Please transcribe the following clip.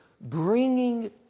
bringing